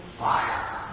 fire